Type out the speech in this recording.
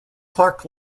clark